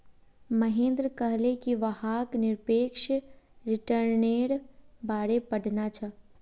महेंद्र कहले कि वहाक् निरपेक्ष रिटर्न्नेर बारे पढ़ना छ